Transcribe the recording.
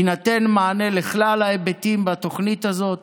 יינתן מענה לכלל ההיבטים בתוכנית הזאת